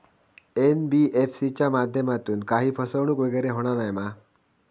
NBFC च्या माध्यमातून काही फसवणूक वगैरे होना नाय मा?